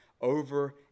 over